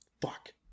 Fuck